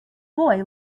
boy